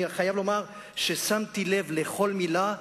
אני חייב לומר ששמתי לב לכל מלה.